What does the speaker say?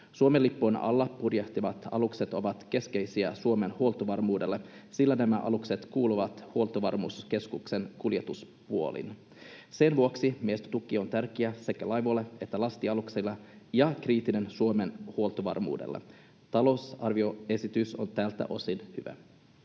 Suomen lipun alla purjehtivat alukset ovat keskeisiä Suomen huoltovarmuudelle, sillä nämä alukset kuuluvat huoltovarmuuskeskuksen kuljetuspuoleen. Sen vuoksi miehistötuki on tärkeä sekä laivoille että lastialuksille ja kriittinen Suomen huoltovarmuudelle. Talousarvioesitys on tältä osin hyvä.